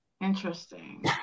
Interesting